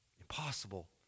Impossible